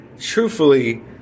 truthfully